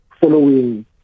following